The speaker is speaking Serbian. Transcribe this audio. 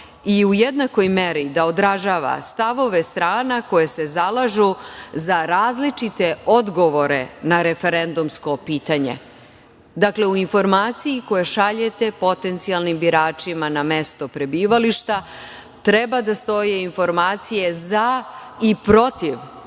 i u jednakoj meri da odražava stavove strana koje se zalažu za različite odgovore na referendumsko pitanje. Dakle, u informaciji koje šaljete potencijalnim biračima na mesto prebivališta treba da stoji i informacije za i protiv